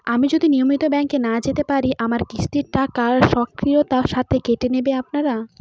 আমি যদি নিয়মিত ব্যংকে না যেতে পারি আমার কিস্তির টাকা স্বকীয়তার সাথে কেটে নেবেন আপনারা?